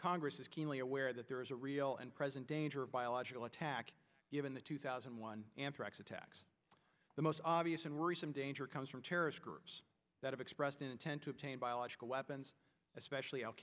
congress is keenly aware that there is a real and present danger of biological attack given the two thousand and one anthrax attacks the most obvious and worrisome danger comes from terrorist groups that have expressed intent to obtain biological weapons especially al